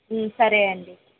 సరే అండి